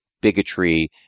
bigotry